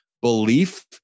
belief